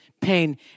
pain